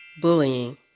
Bullying